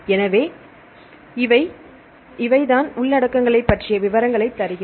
எனவே இவை தான் உள்ளடக்கங்களைப் பற்றிய விவரங்களை தருகிறது